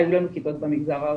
היו לנו כיתות במגזר הערבי.